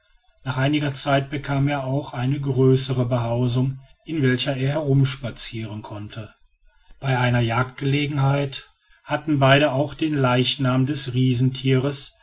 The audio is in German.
nach einiger zeit bekam er auch eine größere behausung in welcher er herumspazieren konnte bei einer jagdgelegenheit hatten beide auch den leichnam des